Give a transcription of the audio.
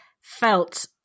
felt